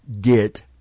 get